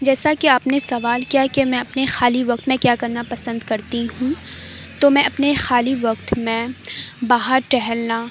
جیسا کہ آپ نے سوال کیا کہ میں اپنے خالی وقت میں کیا کرنا پسند کرتی ہوں تو میں اپنے خالی وقت میں باہر ٹہلنا